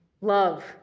Love